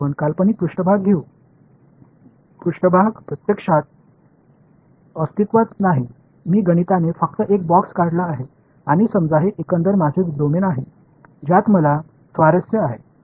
மேற்பரப்பு உண்மையில் இல்லை நான் கணித ரீதியாக ஒரு பெட்டியை வரைந்தேன் இது ஒட்டுமொத்தமானது என்று சொல்லலாம் இது எனது டொமைன் தான் நான் ஆர்வமாக உள்ளேன்